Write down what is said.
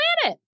planet